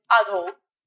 adults